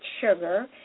sugar